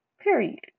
Period